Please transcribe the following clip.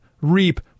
reap